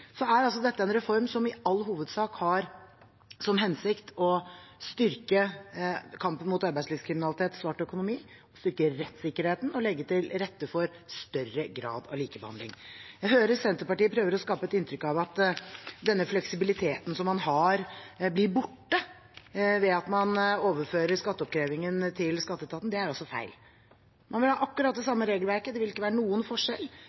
Dette er en reform som i all hovedsak har som hensikt å styrke kampen mot arbeidslivskriminalitet og svart økonomi, styrke rettssikkerheten og legge til rette for større grad av likebehandling. Jeg hører at Senterpartiet prøver å skape et inntrykk av at denne fleksibiliteten som man har, blir borte ved at man overfører skatteoppkrevingen til skatteetaten. Det er feil. Man vil ha akkurat det samme regelverket, det vil ikke være noen forskjell,